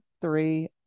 three